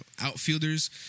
outfielders